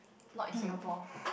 not in Singapore